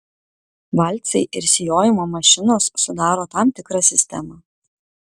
valcai ir sijojimo mašinos sudaro tam tikrą sistemą